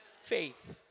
Faith